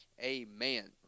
amen